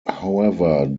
however